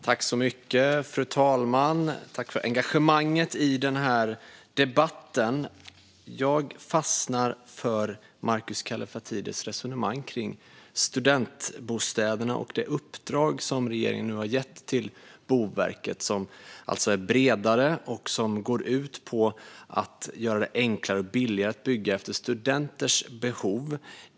Fru talman! Tack, ledamöterna, för engagemanget i den här debatten! Jag fastnar för Markus Kallifatides resonemang kring studentbostäderna och det uppdrag som regeringen nu har gett till Boverket. Det är alltså bredare och går ut på att göra det enklare och billigare att bygga utifrån studenters behov.